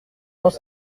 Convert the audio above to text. temps